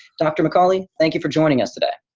dr. mcauley, thank you for joining us today.